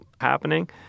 happening